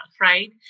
right